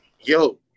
yo